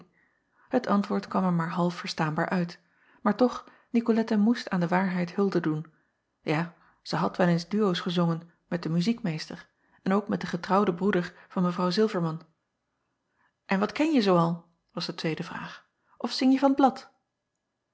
et antwoord kwam er maar half verstaanbaar uit maar toch icolette moest aan de waarheid hulde doen ja zij had wel eens duoos gezongen met den muziekmeester en ook met den getrouwden broeder van w ilverman n wat kenje zoo al was de tweede vraag of zingje van t